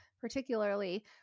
particularly